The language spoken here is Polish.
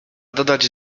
dodać